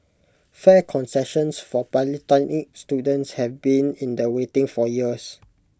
fare concessions for polytechnic students have been in the waiting for years